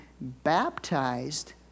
baptized